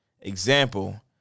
Example